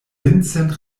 vincent